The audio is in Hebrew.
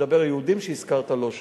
אני מדבר על יהודים שהזכרת, לא שוחררו,